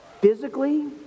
physically